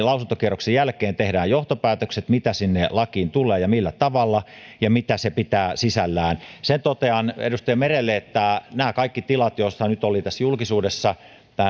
lausuntokierroksen jälkeen tehdään johtopäätökset mitä sinne lakiin tulee ja millä tavalla ja mitä se pitää sisällään sen totean edustaja merelle että nämä kaikki tilat jotka nyt olivat julkisuudessa